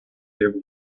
able